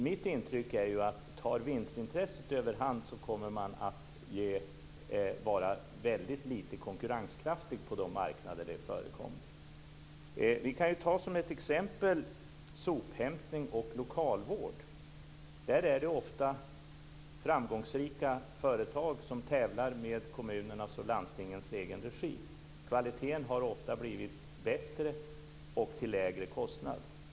Mitt intryck är att om vinstintresset tar överhand så kommer företaget att ha väldigt liten konkurrenskraft på de marknader där det förekommer. Som ett exempel kan vi ta sophämtning och lokalvård. Där är det ofta framgångsrika företag som tävlar med kommunernas och landstingens egen regi. Kvaliteten har ofta blivit bättre - dessutom till lägre kostnad.